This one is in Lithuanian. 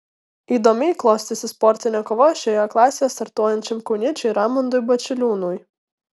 įdomiai klostėsi sportinė kova šioje klasėje startuojančiam kauniečiui raimondui bačiliūnui